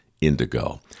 indigo